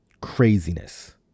craziness